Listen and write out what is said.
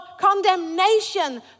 condemnation